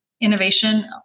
innovation